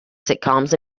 sitcoms